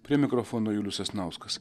prie mikrofono julius sasnauskas